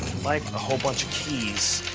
like a whole bunch of keys.